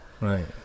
Right